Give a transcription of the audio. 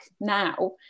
now